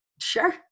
Sure